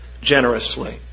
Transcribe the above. generously